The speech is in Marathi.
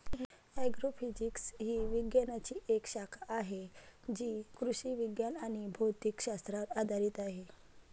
ॲग्रोफिजिक्स ही विज्ञानाची एक शाखा आहे जी कृषी विज्ञान आणि भौतिक शास्त्रावर आधारित आहे